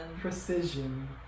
Precision